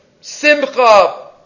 Simcha